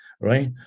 right